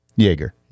Jaeger